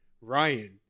Ryan